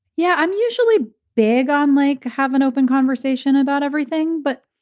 yeah. i'm usually big on, like, have an open conversation about everything, but.